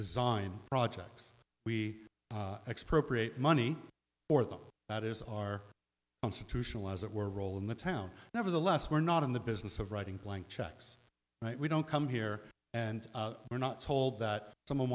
design projects we expropriate money for them that is our constitutional as it were a role in the town nevertheless we're not in the business of writing blank checks we don't come here and we're not told that someone